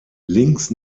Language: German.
links